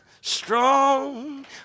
strong